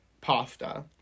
pasta